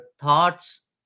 thoughts